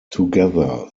together